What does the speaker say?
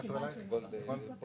לכבוד הוא